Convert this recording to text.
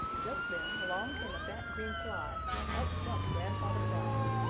just then along came a fat green fly and up jumped grandfather frog.